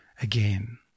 again